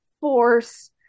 force